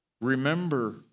Remember